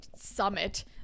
summit